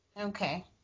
Okay